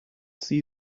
see